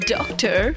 Doctor